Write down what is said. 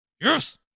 Yes